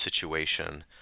situation